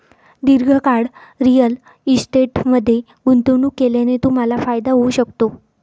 दीर्घकाळ रिअल इस्टेटमध्ये गुंतवणूक केल्याने तुम्हाला फायदा होऊ शकतो